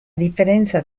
differenza